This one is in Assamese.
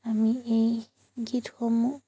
আমি এই গীতসমূহ